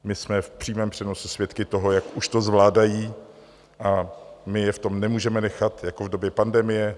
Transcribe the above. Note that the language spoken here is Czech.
My jsme v přímém přenosu svědky toho, jak už to zvládají, a my je v tom nemůžeme nechat jako v době pandemie.